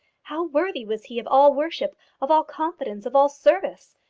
how worthy was he of all worship, of all confidence, of all service!